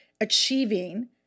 achieving